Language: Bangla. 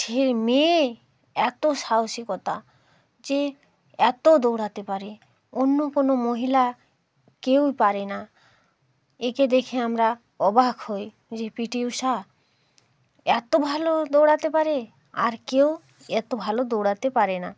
যে মেয়ে এত সাহসিকতা যে এত দৌড়াতে পারে অন্য কোনো মহিলা কেউই পারে না একে দেখে আমরা অবাক হই যে পিটি ঊষা এত ভালো দৌড়াতে পারে আর কেউ এতো ভালো দৌড়াতে পারে না